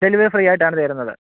delivery ഫ്രീയായിട്ടാണ് തരുന്നത്